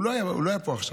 הוא לא היה פה עכשיו,